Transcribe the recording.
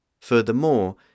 Furthermore